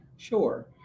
Sure